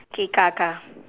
okay car car